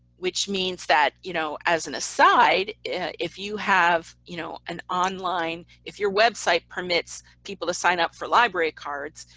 which means that you know as an aside, if you have you know an online if your website permits people to sign up for library cards,